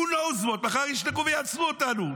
Who knows what, מחר ישלחו ויעצרו אותנו.